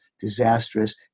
disastrous